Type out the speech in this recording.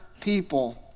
people